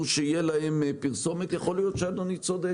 שתהיה להם פרסומת יכול להיות שאדוני צודק.